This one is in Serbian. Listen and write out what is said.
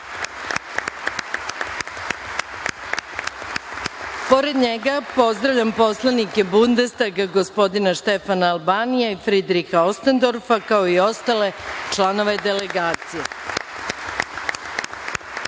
njega, pozdravljam poslanike Bundestaga gospodina Štefana Albanija i Fridriha Ostendorfa, kao i ostale članove delegacije. Takođe